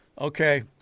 Okay